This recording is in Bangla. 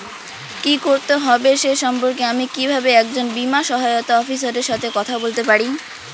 কী করতে হবে সে সম্পর্কে আমি কীভাবে একজন বীমা সহায়তা অফিসারের সাথে কথা বলতে পারি?